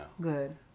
Good